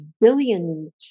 billions